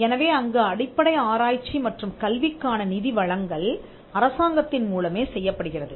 எனவே அங்கு அடிப்படை ஆராய்ச்சி மற்றும் கல்விக்கான நிதி வழங்கல் அரசாங்கத்தின் மூலமே செய்யப்படுகிறது